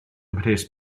mhres